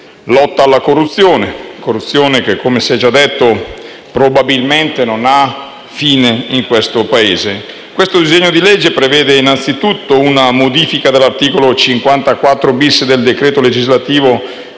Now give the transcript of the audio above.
lotta alla corruzione, che, come si è già detto, probabilmente non ha fine in questo Paese. Questo disegno di legge prevede innanzitutto una modifica dell'articolo 54-*bis* del decreto legislativo